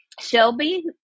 shelby